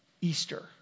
Easter